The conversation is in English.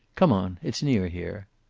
come on. it's near here.